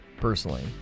personally